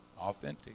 authentic